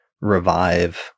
revive